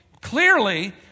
clearly